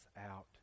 out